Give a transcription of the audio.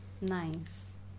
Nice